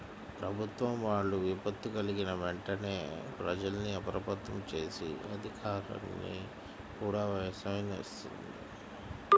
ప్రభుత్వం వాళ్ళు విపత్తు కల్గిన వెంటనే ప్రజల్ని అప్రమత్తం జేసి, అధికార్లని గూడా సమాయత్తం జేత్తన్నారు